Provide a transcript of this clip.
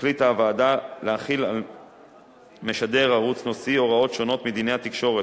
החליטה הוועדה להחיל על משדר ערוץ נושאי הוראות שונות מדיני התקשורת,